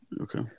okay